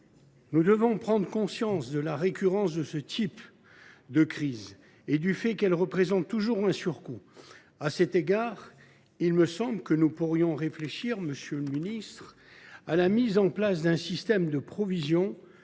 Nous devons prendre conscience de la récurrence de ce type de crises et du fait qu’elles représentent toujours un surcoût. À cet égard, il me semble que nous pourrions réfléchir, monsieur le ministre, à la mise en place d’un système de provisions,